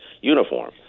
uniform